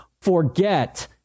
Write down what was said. forget